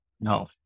No